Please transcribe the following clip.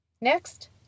Next